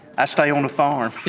i stay on a farm.